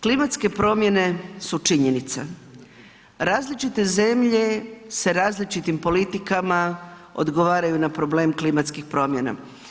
Klimatske promjene su činjenica, različite zemlje sa različitim politikama odgovaraju na problem klimatskih promjena.